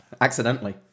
accidentally